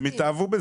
הם התאהבו בזה.